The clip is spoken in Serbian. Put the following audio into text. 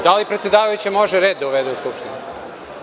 Da li predsedavajuća može red da uvede u Skupštinu?